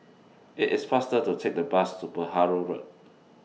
IT IS faster to Take The Bus to Perahu Road